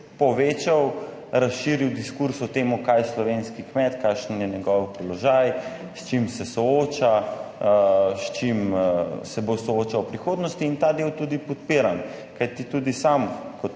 povečal, razširil diskurz o tem, kaj je slovenski kmet, kakšen je njegov položaj, s čim se sooča, s čim se bo soočal v prihodnosti in ta del tudi podpiram, kajti tudi sam kot